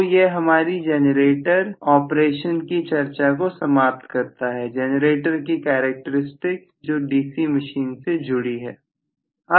तो यह हमारी जनरेटर ऑपरेशन की चर्चा को समाप्त करता है जनरेटर की करैक्टेरिस्टिक्स जो डीसी मशीन से जुड़ी है